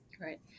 Right